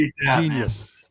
Genius